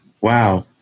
Wow